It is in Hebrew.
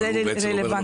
אבל הוא בעצם אומר,